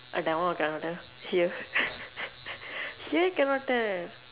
ah that one I can't tell here here cannot tell